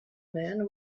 man